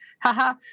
haha